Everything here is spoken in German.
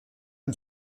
und